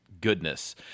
goodness